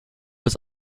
was